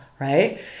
right